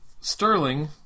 Sterling